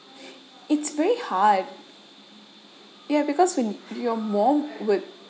it's very hard ya because when you're more with